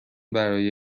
برای